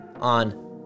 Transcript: on